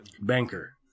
Banker